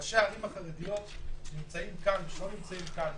ראשי הערים החרדיות שנמצאים כאן ולא נמצאים כאן,